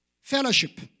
Fellowship